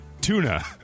Tuna